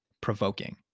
provoking